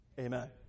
amen